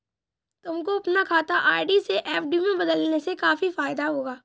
तुमको अपना खाता आर.डी से एफ.डी में बदलने से काफी फायदा होगा